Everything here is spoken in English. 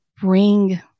bring